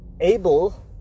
able